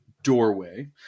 Doorway